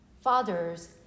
fathers